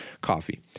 coffee